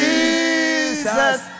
Jesus